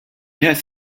has